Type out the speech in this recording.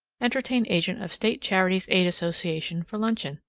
entertained agent of state charities aid association for luncheon.